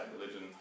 religion